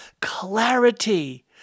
clarity